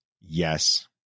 Yes